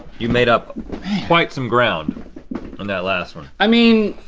you made up quite some ground on that last one. i mean,